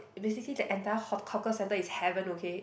basically the entire hawk~ hawker-centre is heaven okay